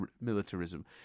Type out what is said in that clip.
militarism